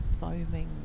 foaming